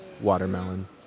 watermelon